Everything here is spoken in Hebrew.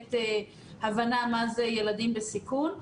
באמת הבנה מה זה ילדים בסיכון,